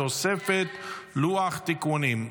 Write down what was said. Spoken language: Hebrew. בתוספת לוח תיקונים.